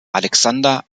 alexander